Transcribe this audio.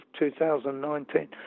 2019